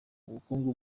ubukungu